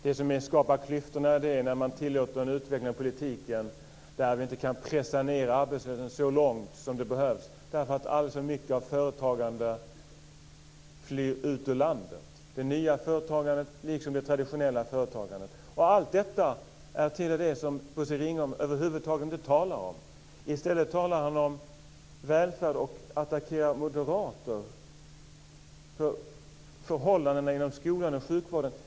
Det skapas klyftor när man tillåter en utveckling av politiken som gör att vi inte kan pressa ned arbetslösheten så långt som behövs, eftersom alldeles för stor del av företagandet flyr ut ur landet. Det handlar om det nya företagandet liksom om det traditionella företagandet. Allt detta tillhör det som Bosse Ringholm över huvud taget inte talar om. I stället talar han om välfärd och attackerar moderater när det gäller förhållandena inom skolan och sjukvården.